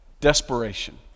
desperation